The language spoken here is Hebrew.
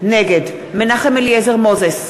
נגד מנחם אליעזר מוזס,